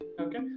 Okay